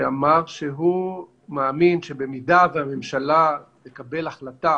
שאמר שהוא מאמין שבמידה שהממשלה תקבל החלטה